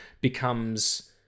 becomes